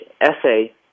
essay